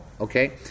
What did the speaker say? okay